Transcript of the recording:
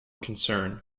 concern